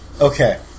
Okay